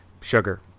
sugar